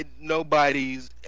Nobody's